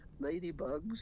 ladybugs